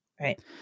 right